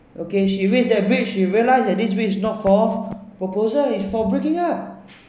okay she reach that bridge she realised that this bridge is not for proposal is for breaking up